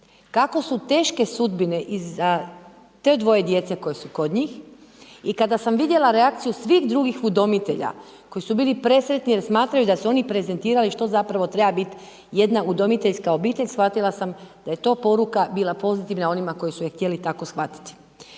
kako su teške sudbine iza to dvoje djece koje su kod njih i kada sam vidjela reakciju svih drugih udomitelja koji su bili presretni jer smatraju da su oni prezentirali što zapravo treba biti jedna udomiteljska obitelj shvatila sam da je to poruka bila pozitivna onima koji su je htjeli tako shvatiti.